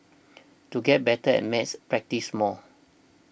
to get better at maths practise more